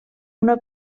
una